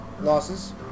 losses